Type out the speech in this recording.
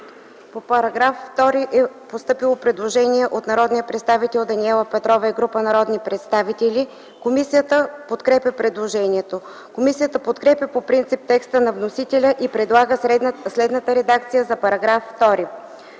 По § 2 е постъпило предложение от народния представител Даниела Петрова и група народни представители. Комисията подкрепя предложението. Комисията подкрепя по принцип текста на вносителя и предлага следната редакция на § 2: „§ 2.